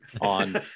on